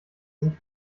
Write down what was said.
sich